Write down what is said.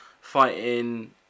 fighting